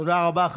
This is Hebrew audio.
תודה רבה.